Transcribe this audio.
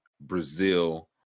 brazil